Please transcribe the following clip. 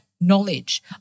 knowledge